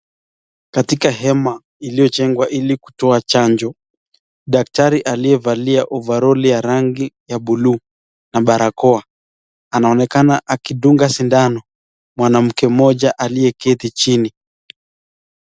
Katika hema iliyochengwa ili kutoa chanjo, daktari aliyevalia ovaroli ya rangi buluu na barakoa anaonekana akidunga sindano mwanamke aliyeketi chini.